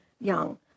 young